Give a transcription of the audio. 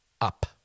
up